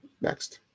Next